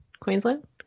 Queensland